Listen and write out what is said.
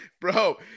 Bro